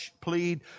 plead